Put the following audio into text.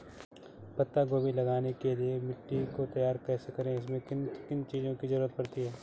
पत्ता गोभी लगाने के लिए मिट्टी को तैयार कैसे करें इसमें किन किन चीज़ों की जरूरत पड़ती है?